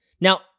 Now